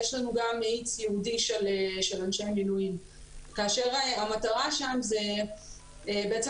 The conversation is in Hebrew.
ויש לנו גם מאיץ ייעודי של אנשי מילואים כאשר המטרה שם זאת תכנית